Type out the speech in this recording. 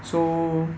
so